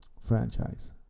franchise